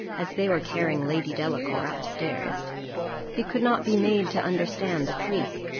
as they were carrying lady delacour up stairs he could not be made to understand the truth,